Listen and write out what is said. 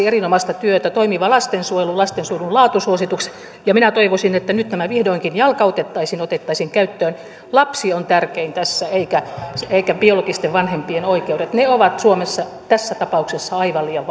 erinomaista työtä toimiva lastensuojelu ja lastensuojelun laatusuositus ja minä toivoisin että nyt nämä vihdoinkin jalkautettaisiin ja otettaisiin käyttöön lapsi on tärkein tässä eivätkä eivätkä biologisten vanhempien oikeudet ne ovat suomessa tässä tapauksessa aivan liian